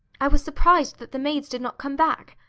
i was surprised that the maids did not come back.